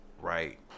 right